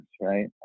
right